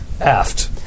Aft